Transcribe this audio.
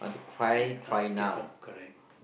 it uh if they have not correct